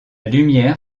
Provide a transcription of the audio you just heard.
lumière